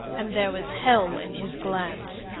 and there was hell in his glance.